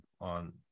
on